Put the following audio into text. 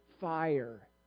fire